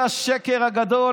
זה השקר הגדול,